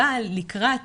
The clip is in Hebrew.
אבל לקראת